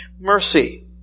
mercy